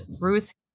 Ruth